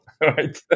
right